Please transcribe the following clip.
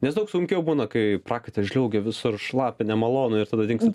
nes daug sunkiau būna kai prakaitas žliaugia visur šlapia nemalonu ir tada dingsta